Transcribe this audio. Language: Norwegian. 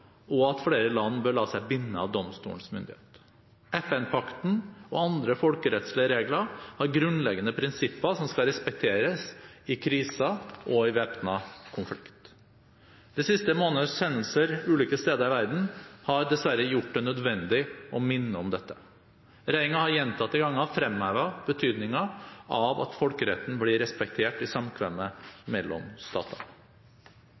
og at flere land bør la seg binde av domstolens myndighet. FN-pakten og andre folkerettslige regler har grunnleggende prinsipper som skal respekteres i kriser og i væpnet konflikt. De siste måneders hendelser ulike steder i verden har dessverre gjort det nødvendig å minne om dette. Regjeringen har gjentatte ganger fremhevet betydningen av at folkeretten blir respektert i